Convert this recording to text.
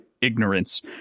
ignorance